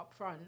upfront